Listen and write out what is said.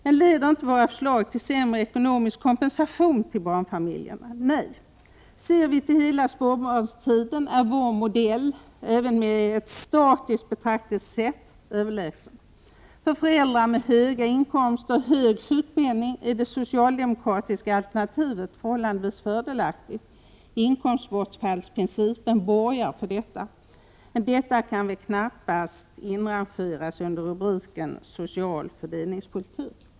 Men leder inte våra förslag till sämre ekonomisk kompensation till barnfamiljerna? Nej, ser vi till hela småbarnstiden är vår modell även med ett statiskt betraktelsesätt överlägsen. För föräldrar med höga inkomster och hög sjukpenning är det socialdemokratiska alternativet förhållandevis fördelaktigt. Inkomstbortfallsprincipen borgar för detta. Men detta kan väl knappast inrangeras under rubriken ”Social fördelningspolitik”.